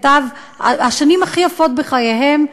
השנים הכי יפות בחייהם,